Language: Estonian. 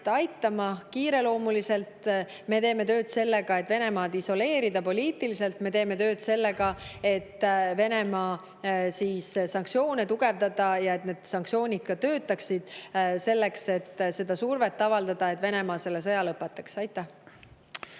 aitama kiireloomuliselt, me teeme tööd selle nimel, et Venemaad isoleerida poliitiliselt, me teeme tööd selle nimel, et Venemaa sanktsioone tugevdada ja et need sanktsioonid ka töötaksid ja avaldaksid survet selleks, et Venemaa selle sõja lõpetaks. Aitäh!